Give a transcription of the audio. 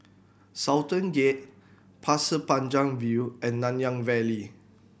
Sultan Gate Pasir Panjang View and Nanyang Valley